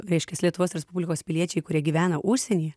reiškias lietuvos respublikos piliečiai kurie gyvena užsienyje